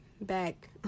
back